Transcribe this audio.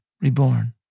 reborn